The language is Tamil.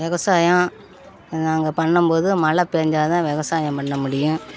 விவசாயம் இது நாங்கள் பண்ணும் போது மழை பெஞ்சா தான் விவசாயம் பண்ண முடியும்